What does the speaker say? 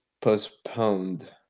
postponed